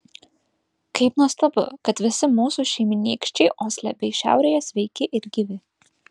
kaip nuostabu kad visi mūsų šeimynykščiai osle bei šiaurėje sveiki ir gyvi